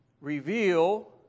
reveal